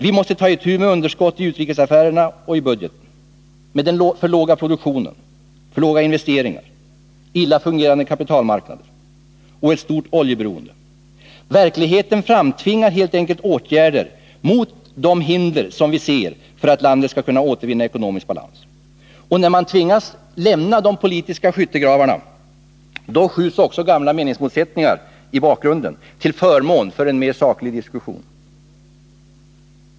Vi måste ta itu med underskotten i utrikesaffärerna och i budgeten, med den för låga produktionen, med för små investeringar, med illa fungerande kapitalmarknader samt med ett stort oljeberoende. Verkligheten framtvingar helt enkelt åtgärder mot de hinder som finns för att landet skall kunna återvinna ekonomisk balans. När man tvingas lämna de politiska skyttegravarna skjuts också gamla meningsmotsättningar i bakgrunden till förmån för en mer saklig diskussion.